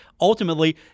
ultimately